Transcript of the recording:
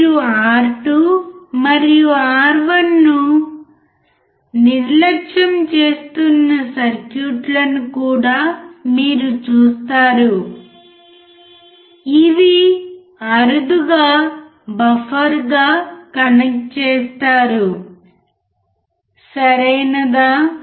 మీరు R2 మరియు R1 ను నిర్లక్ష్యం చేస్తున్న సర్క్యూట్లను కూడా మీరు చూస్తారు ఇవి అరుదుగా బఫర్గా కనెక్ట్ చేస్తారు సరియైనదా